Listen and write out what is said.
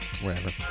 wherever